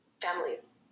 families